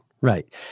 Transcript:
Right